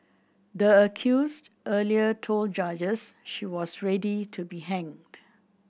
the accused earlier told judges she was ready to be hanged